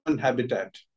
habitat